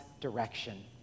direction